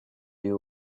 you